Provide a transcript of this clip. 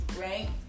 right